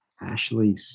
Ashley